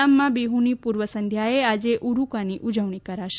આસામમાં બિહુની પૂર્વ સંધ્યાએ આજે ઉરુકાની ઉજવણી કરાશે